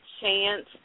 chance